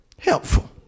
Helpful